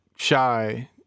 shy